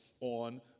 on